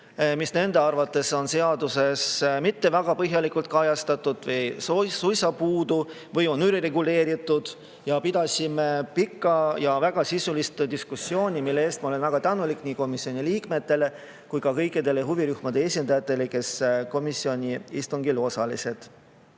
mis nende arvates on seaduses mitte väga põhjalikult kajastatud või suisa puudu või on üle reguleeritud. Me pidasime pika ja väga sisulise diskussiooni. Selle eest ma olen väga tänulik nii komisjoni liikmetele kui ka kõikidele huvirühmade esindajatele, kes komisjoni istungil osalesid.